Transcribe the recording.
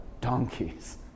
donkeys